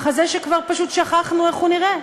מחזה שכבר פשוט שכחנו איך הוא נראה.